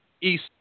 east